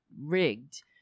rigged